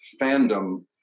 fandom